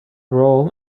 role